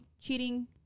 cheating